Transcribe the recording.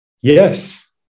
Yes